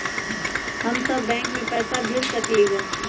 हम सब बैंक में पैसा भेज सकली ह?